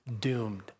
doomed